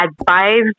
advised